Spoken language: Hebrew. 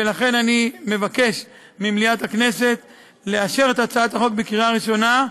ולכן אני מבקש ממליאת הכנסת לאשר את הצעת החוק בקריאה ראשונה,